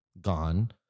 gone